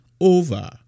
over